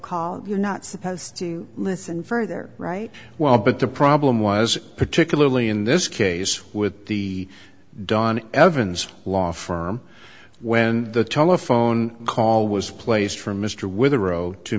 call you're not supposed to listen further right well but the problem was particularly in this case with the don evans law firm when the telephone call was placed from mr with a wrote to